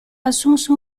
assunse